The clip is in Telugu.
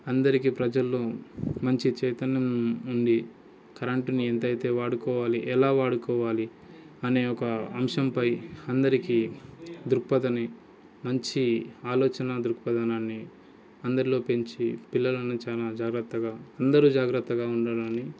అందరికీ ప్రజల్లో మంచి చైతన్యం ఉండి కరెంట్ని ఎంతైతే వాడుకోవాలి ఎలా వాడుకోవాలి అనే ఒక అంశంపై అందరికీ దృక్పదని మంచి ఆలోచన దృక్పథాన్ని అందరిలో పెంచి పిల్లలను చానా జాగ్రత్తగా అందరూ జాగ్రత్తగా ఉండాలని